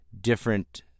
different